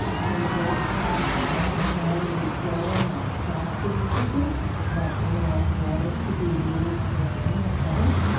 they don't have the xylem and phloem that vascular tissue that allows water to be moved within the plant.